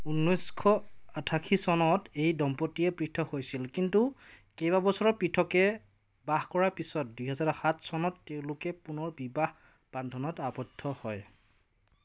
ঊনৈছশ আঠাশী চনত এই দম্পতীয়ে পৃথক হৈছিল কিন্তু কেইবাবছৰ পৃথকে বাস কৰাৰ পিছত দুই হেজাৰ সাত চনত তেওঁলোকে পুনৰ বিবাহ বন্ধনত আৱদ্ধ হয়